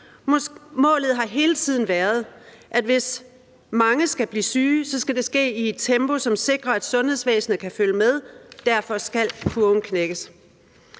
Målet har hele tiden været, at hvis mange skal blive syge, skal det ske i et tempo, som sikrer, at sundhedsvæsenet kan følge med. Derfor skal kurven knækkes.